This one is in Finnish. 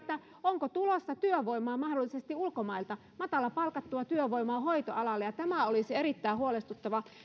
onko tulossa työvoimaa mahdollisesti ulkomailta matalapalkattua työvoimaa hoitoalalle tämä olisi erittäin huolestuttavaa